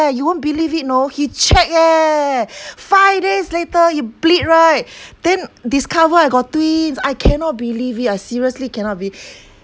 you won't believe it know he check eh five days later you bleed right then discover I got twins I cannot believe it I seriously cannot be~